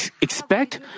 expect